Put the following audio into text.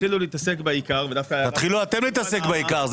תתחילו להתעסק בעיקר ודווקא --- תתחילו אתם להתעסק בעיקר,